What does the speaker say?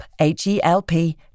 H-E-L-P